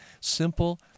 simple